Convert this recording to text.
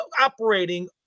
operating